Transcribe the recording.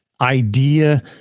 idea